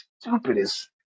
stupidest